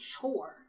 chore